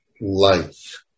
life